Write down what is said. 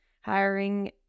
hiring